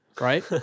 right